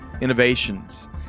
innovations